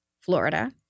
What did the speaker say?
Florida